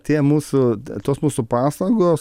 tie mūsų tos mūsų pastangos